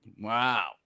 Wow